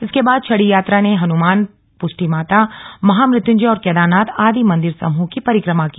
इसके बाद छड़ी यात्रा ने हनुमान पुष्टि माता महामृत्युंजय और केदारनाथ आदि मंदिर समूह की परिक्रमा की